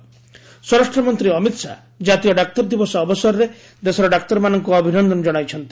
HM doctors day ସ୍ୱରାଷ୍ଟ୍ର ମନ୍ତ୍ରୀ ଅମିତ୍ ଶାହା ଜାତୀୟ ଡାକ୍ତର ଦିବସ ଅବସରରେ ଦେଶର ଡାକ୍ତରମାନଙ୍କୁ ଅଭିନନ୍ଦନ ଜଣାଇଛନ୍ତି